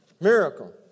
Miracle